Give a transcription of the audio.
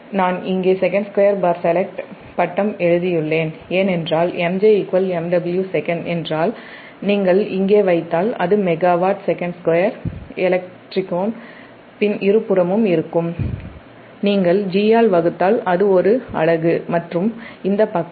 நான் இங்கே sec2select phase எழுதியுள்ளேன் ஏனென்றால் MJ MW Sec என்றால் நீங்கள் இங்கே வைத்தால் அது மெகாவாட் sec2 எலக்ட் டிகிரி இருபுறமும் இருக்கும் நீங்கள் G ஆல் வகுத்தால் அது ஒரு அலகு மற்றும் இந்த பக்கம்